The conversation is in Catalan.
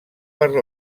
per